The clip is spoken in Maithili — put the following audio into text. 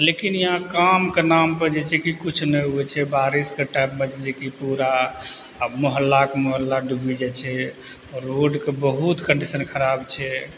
लेकिन यहाँ कामके नाम पर जे छै कि किछु नहि हुए छै बारिशके टाइममे जइसे कि पूरा मोहल्लाके मोहल्ला डुबि जाइ छै आओर रोडके बहुत कन्डीशन खराब छै